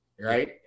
right